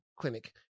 clinic